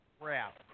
crap